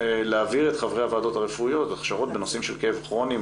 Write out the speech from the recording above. ולהעביר את חברי הוועדות הרפואיות הכשרות בנושאים של כאב כרוני,